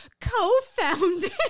co-founded